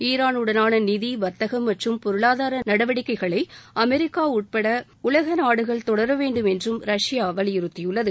Iran உடனான நிதி வர்த்தகம் மற்றும் பொருளாதார நடவடிக்கைகளை அமெரிக்கா உட்பட உலக நாடுகள் தொடர வேண்டும் என்று ரஷ்யா வலியுறுத்தியுள்ளது